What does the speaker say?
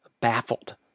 baffled